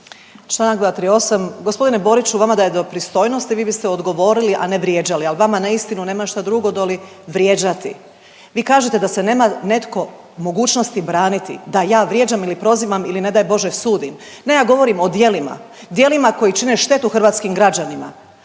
Članak 238. Gospodine Boriću vama da je do pristojnosti vi biste odgovorili, a ne vrijeđali. Ali vama na istinu nema šta drugo doli vrijeđati. Vi kažete da se nema netko mogućnosti braniti, da ja vrijeđam ili prozivam ili ne daj bože sudim. Ne ja govorim o djelima, djelima koji čine štetu hrvatskim građanima.